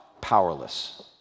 powerless